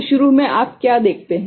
तो शुरू में आप क्या देखते हैं